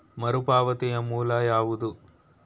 ಮರುಪಾವತಿಯ ಮೂಲ ಯಾವುದು?